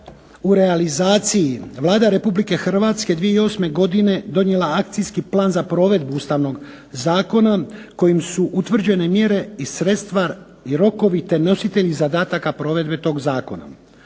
u realizaciji Vlada Republike Hrvatske 2008. godine je donijela Akcijski plan za provedbu ustavnog zakona kojim su utvrđene mjere i sredstva i rokovi te nositelji zadataka provedbe tog zakona.